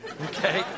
Okay